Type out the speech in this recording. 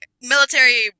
military